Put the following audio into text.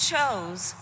chose